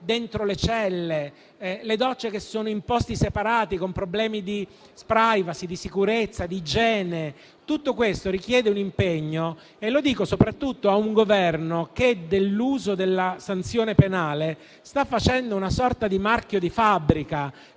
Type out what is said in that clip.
dentro le celle, le docce che sono in posti separati con problemi di *privacy*, di sicurezza e di igiene. Tutto questo richiede un impegno. Lo dico soprattutto a un Governo che dell'uso della sanzione penale sta facendo una sorta di marchio di fabbrica.